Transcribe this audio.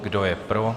Kdo je pro?